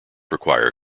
require